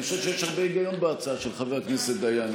אני חושב שיש הרבה היגיון בהצעה של חבר הכנסת דיין,